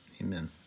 Amen